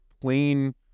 plain